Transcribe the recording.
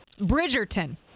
Bridgerton